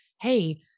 Hey